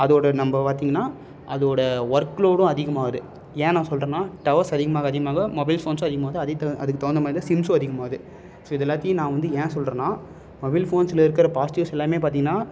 அதோடய நம்ம பார்த்தீங்கன்னா அதோடயா ஒர்க்லோடும் அதிகமாகது ஏன் நான் சொல்கிறேன்னா டவர்ஸ் அதிகமாக அதிகமாக மொபைல் ஃபோன்ஸ்ஸும் அதிகமாகுது அதே தகு அதுக்கு தகுந்த மாதிரி சிம்ஸ்ஸும் அதிகமாகுது ஸோ இது எல்லாத்தியும் நான் வந்து ஏன் சொல்கிறேன்னா மொபைல் ஃபோன்ஸில் இருக்கிற பாசிட்டிவ்ஸ் எல்லாமே பார்த்தீங்கன்னா